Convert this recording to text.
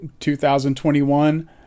2021